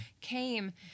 came